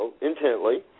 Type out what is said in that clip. intently